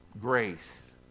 grace